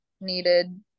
needed